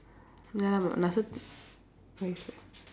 ya lah but waste eh